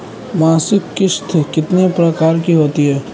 मासिक किश्त कितने प्रकार की होती है?